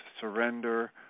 surrender